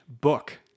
book